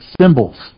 symbols